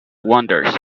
wonders